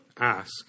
ask